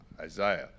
Isaiah